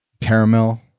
caramel